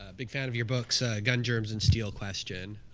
ah big fan of your books. guns, germs and steel question.